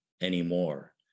anymore